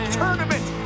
tournament